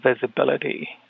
visibility